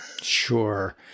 Sure